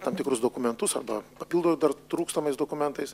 tam tikrus dokumentus arba papildo dar trūkstamais dokumentais